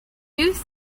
news